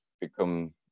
become